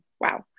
wow